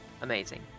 amazing